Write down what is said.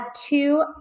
two